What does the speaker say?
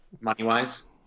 Money-wise